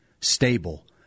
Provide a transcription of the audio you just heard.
stable